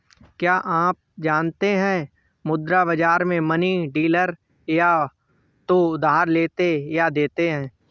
क्या आप जानते है मुद्रा बाज़ार में मनी डीलर या तो उधार लेते या देते है?